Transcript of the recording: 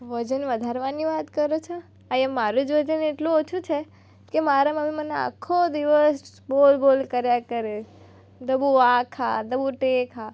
વજન વધારવાની વાત કરો છો અહીંયાં મારું જ વજન એટલું ઓછું છે કે મારા મમ્મી મને આખો દિવસ બોલ બોલ કર્યા કરે ઢબુ આ ખા ઢબુ તે ખા